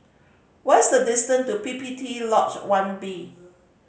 what is the distance to P P T Lodge One B